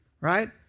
right